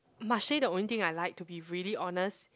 Marche the only thing I like to be really honest